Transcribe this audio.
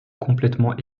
complètement